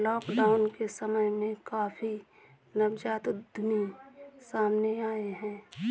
lockdown के समय में काफी नवजात उद्यमी सामने आए हैं